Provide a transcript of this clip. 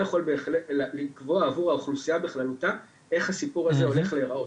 יכול בהחלט לקבוע עבור האוכלוסיה בכללותה איך הסיפור הזה הולך להיראות.